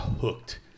hooked